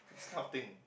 this kind of thing